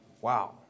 Wow